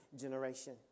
generation